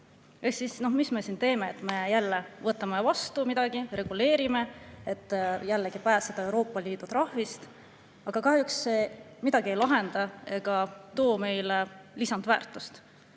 Mis me siin teeme: me jälle võtame vastu midagi, reguleerime, et pääseda Euroopa Liidu trahvist, aga kahjuks see midagi ei lahenda ega loo meile lisaväärtust.